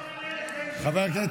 עבר הזמן, עבר הזמן.